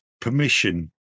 permission